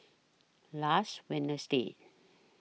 last Wednesday